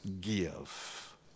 give